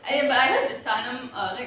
eh but I heard